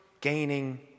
gaining